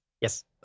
yes